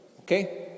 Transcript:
Okay